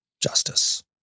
justice